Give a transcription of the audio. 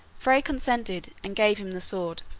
frey consented and gave him the sword,